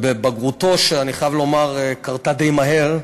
בבגרותו, שאני חייב לומר שקרתה די מהר,